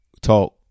talk